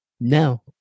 no